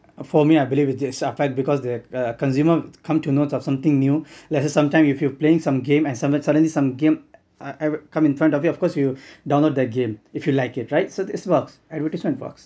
for me I believe with this applied because consumer come to note of something new let say sometime if you're playing some game and suddenly some game come in front of you of course you download that game if you like it right so it works advertisement works